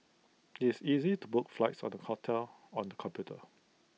it's easy to book flights and hotels on the computer